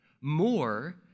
more